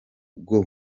bwo